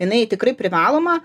jinai tikrai privaloma